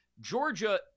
Georgia